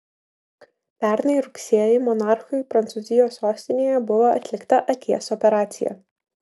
pernai rugsėjį monarchui prancūzijos sostinėje buvo atlikta akies operacija